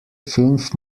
fünf